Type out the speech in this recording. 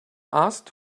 asked